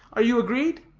are you agreed?